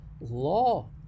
law